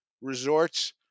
Resorts